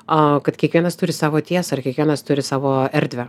a kad kiekvienas turi savo tiesą ir kiekvienas turi savo erdvę